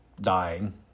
dying